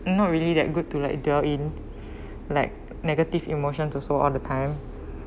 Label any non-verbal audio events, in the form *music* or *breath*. not really that good to like dwell in *breath* like negative emotion to so all the time